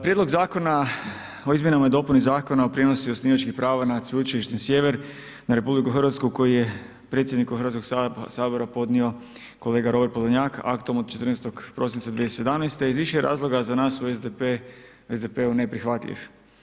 Prijedlog Zakona o izmjenama i dopuni Zakona o prijenosu osnivačkih prava nad Sveučilištem Sjever na RH koji je predsjedniku Hrvatskog sabora podnio kolega Robert Podolnjak aktom od 14. prosinca 2017. iz više razloga za nas u SDP-u neprihvatljiv.